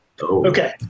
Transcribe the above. Okay